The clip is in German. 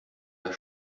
der